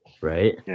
right